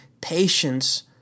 patience